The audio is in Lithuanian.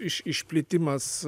iš išplitimas